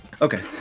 okay